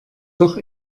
doch